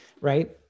Right